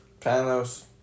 Panos